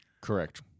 Correct